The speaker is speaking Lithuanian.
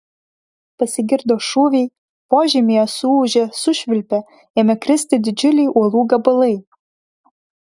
pasigirdo šūviai požemyje suūžė sušvilpė ėmė kristi didžiuliai uolų gabalai